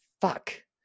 Fuck